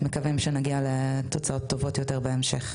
ומקווים שנגיע לתוצאות טובות יותר בהמשך.